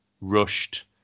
rushed